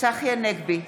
צחי הנגבי,